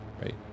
right